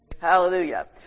Hallelujah